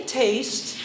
taste